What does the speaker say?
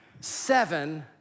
Seven